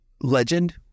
Legend